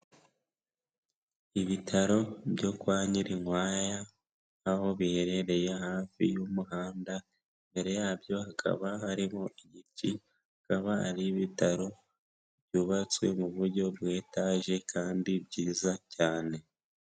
Ibitaro byo kwa Nyirinkwaya aho biherereye hafi y'umuhanda imbere yabyo hakaba harimo ibiti bikaba ari'ibitaro byubatswe mu buryo bwa etaje kandi byiza cyane.